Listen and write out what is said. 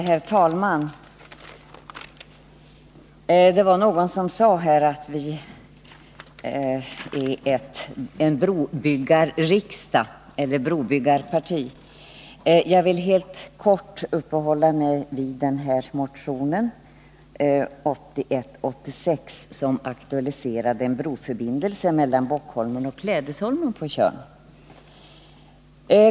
Herr talman! Någon här sade att vi har blivit en brobyggarriksdag. Jag skall helt kort uppehålla mig vid motionen 1980/81:92, i vilken frågan om en broförbindelse mellan Bockholmen och Klädesholmen på Tjörn aktualiseras.